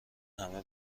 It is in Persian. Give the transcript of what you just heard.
همه